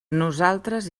nosaltres